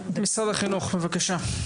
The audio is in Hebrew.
משרד החינוך, בבקשה.